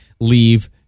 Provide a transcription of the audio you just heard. leave